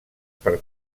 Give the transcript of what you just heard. per